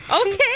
Okay